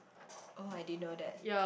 oh I didn't know that